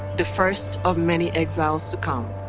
the first of many exiles to come.